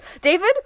David